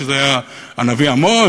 היה הנביא עמוס,